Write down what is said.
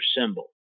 symbol